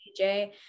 DJ